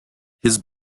his